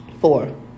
Four